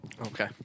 Okay